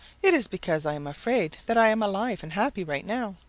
it is because i am afraid that i am alive and happy right now.